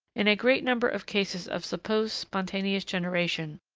in a great number of cases of supposed spontaneous generation,